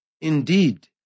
Indeed